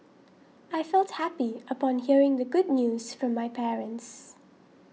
I felt happy upon hearing the good news from my parents